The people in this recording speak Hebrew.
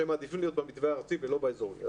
שהם מעדיפים להיות במתווה הארצי ולא באזורי,